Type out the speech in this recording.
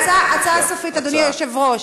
הצעה סופית, אדוני היושב-ראש.